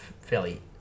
fairly